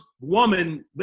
woman